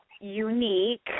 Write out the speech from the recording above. unique